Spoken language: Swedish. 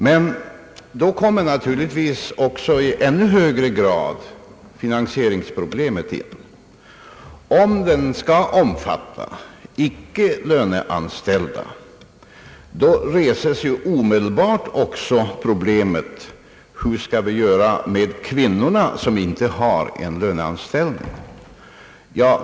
Men då kommer naturligtvis i ännu högre grad också finansieringsproblemet in i bilden. Om försäkringen skall omfatta icke-löneanställda reses ju omedelbart också problemet, hur vi skall göra i fråga om de kvinnor som inte har löneanställning.